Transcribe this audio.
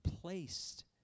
placed